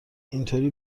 اینطوری